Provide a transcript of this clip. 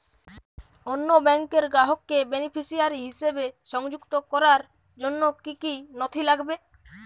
অন্য ব্যাংকের গ্রাহককে বেনিফিসিয়ারি হিসেবে সংযুক্ত করার জন্য কী কী নথি লাগবে?